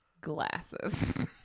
Glasses